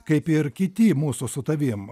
kaip ir kiti mūsų su tavim